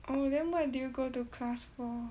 oh then why did you go to class for